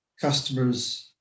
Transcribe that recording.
customers